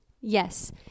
yes